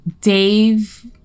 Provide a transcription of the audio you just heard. Dave